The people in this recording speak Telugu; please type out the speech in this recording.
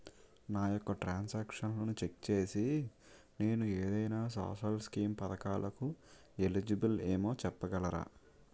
నా యెక్క ట్రాన్స్ ఆక్షన్లను చెక్ చేసి నేను ఏదైనా సోషల్ స్కీం పథకాలు కు ఎలిజిబుల్ ఏమో చెప్పగలరా?